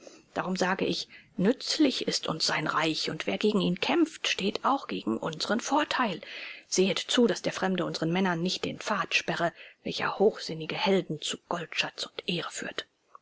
darum sage ich nützlich ist uns sein reich und wer gegen ihn kämpft steht auch gegen unseren vorteil sehet zu daß der fremde unseren männern nicht den pfad sperre welcher hochsinnige helden zu goldschatz und ehre führt